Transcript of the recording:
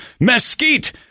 Mesquite